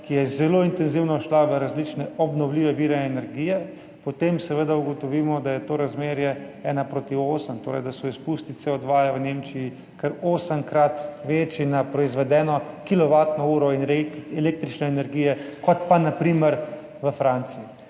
ki je zelo intenzivno šla v različne obnovljive vire energije, potem seveda ugotovimo, da je to razmerje 1 : 8, torej da so izpusti CO2 v Nemčiji kar osemkrat večji na proizvedeno kilovatno uro električne energije kot pa na primer v Franciji.